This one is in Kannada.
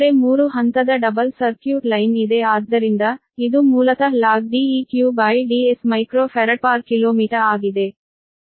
ಆದರೆ 3 ಹಂತದ ಡಬಲ್ ಸರ್ಕ್ಯೂಟ್ ಲೈನ್ ಇದೆ ಆದ್ದರಿಂದ ಇದು ಮೂಲತಃ log DeqDs µfkm ಆಗಿದೆ